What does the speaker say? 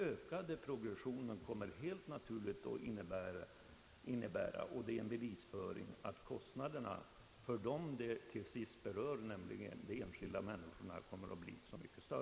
Jag anför detta som bevisföring för att kostnaderna med denna progression blir så mycket större för de enskilda människor bestämmelserna i sista hand berör.